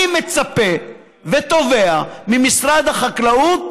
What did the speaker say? אני מצפה ותובע ממשרד החקלאות